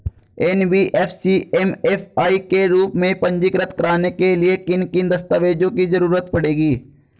NBFC MFI के रूप में पंजीकृत कराने के लिए किन किन दस्तावेजों की जरूरत पड़ेगी?